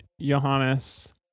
Johannes